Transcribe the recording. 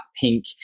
pink